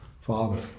father